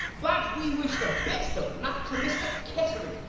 but we wish the best of luck to mr kettering,